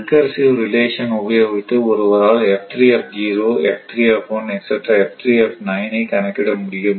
recursive relation உபயோகித்து ஒருவரால் ஐ கணக்கிட முடியும்